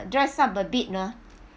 dress up a bit ah